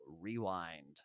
Rewind